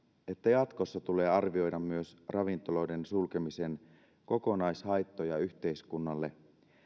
että jatkossa tulee arvioida myös ravintoloiden sulkemisen kokonaishaittoja yhteiskunnalle